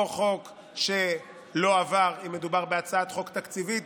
או חוק שלא עבר, אם מדובר בהצעת חוק תקציבית,